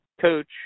coach